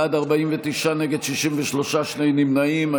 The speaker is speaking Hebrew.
בעד, 49, נגד, 63, נמנעים שניים.